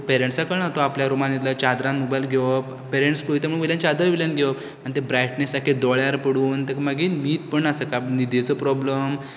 पेरन्ट्सांक कळना तो आपल्या रुमान इतलो चादरान मोबायल घेवप पेरेन्ट्स पळयता म्हण वयल्यान चादर वयल्यान घेवप आनी तें ब्रायटनेस सारके दोळ्यार पडून तेका मागीर न्हीद पडना सकाळ फुडें न्हिदेचो प्रोब्लम